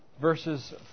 verses